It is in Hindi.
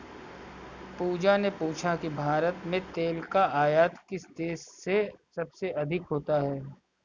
पूजा ने पूछा कि भारत में तेल का आयात किस देश से सबसे अधिक होता है?